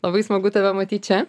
labai smagu tave matyt čia